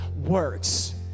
works